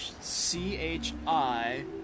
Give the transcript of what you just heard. C-H-I